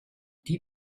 die